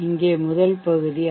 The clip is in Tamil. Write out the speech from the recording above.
இங்கே முதல் பகுதி ஐ